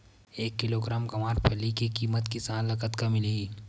एक किलोग्राम गवारफली के किमत किसान ल कतका मिलही?